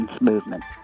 movement